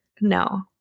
no